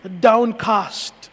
downcast